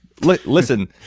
listen